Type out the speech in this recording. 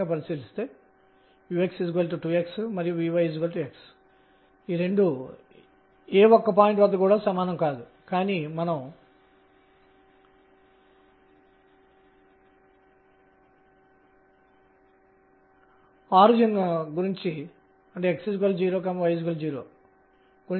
మరియు ఇది pϕ ఇది ∂E∂̇కు సమానము ఇది mr2sin2ϕ̇ మరియు ఇవి ఏమిటి